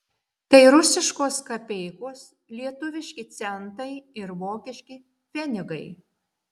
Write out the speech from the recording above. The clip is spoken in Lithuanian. tai rusiškos kapeikos lietuviški centai ir vokiški pfenigai